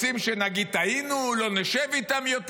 רוצים שנגיד טעינו, לא נשב איתם יותר.